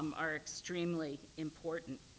um are extremely important.